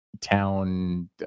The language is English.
town